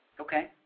Okay